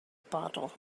bottle